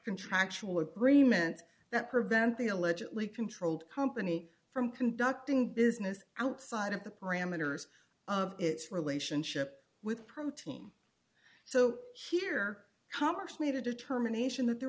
contractual agreement that prevent the allegedly controlled company from conducting business outside of the parameters of its relationship with protein so here comics made a determination that there